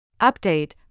Update